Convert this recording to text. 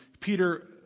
Peter